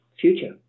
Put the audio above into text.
future